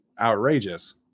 outrageous